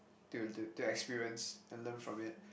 to to to experience and learn from it